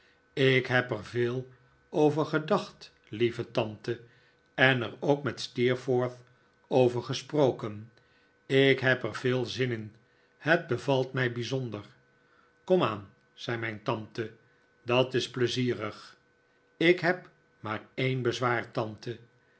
ik heb er veel over gedacht lieve tante en er ook met steerforth over gesproken ik heb er veel zin in het bevalt mij bijzonder komaan zei mijn tante dat is pleizierig ik heb maar een bezwaar tante